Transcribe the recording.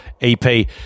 EP